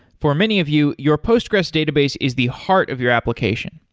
for many of you, your postgressql database is the heart of your application.